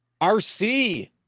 RC